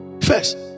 First